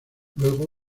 luego